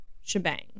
shebang